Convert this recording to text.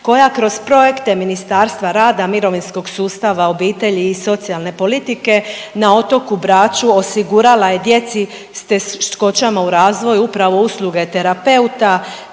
koja kroz projekte Ministarstva rada, mirovinskog sustava, obitelji i socijalne politike na otoku Braču osigurala je djeci s teškoćama u razvoju upravo usluge terapeuta,